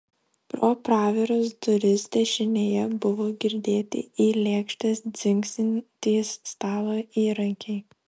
pro praviras duris dešinėje buvo girdėti į lėkštes dzingsintys stalo įrankiai